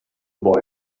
boy